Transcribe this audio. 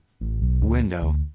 window